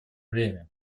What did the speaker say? время